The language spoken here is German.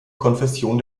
konfession